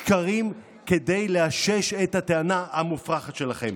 שקרים כדי לאשש את הטענה המופרכת שלכם.